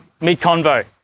mid-convo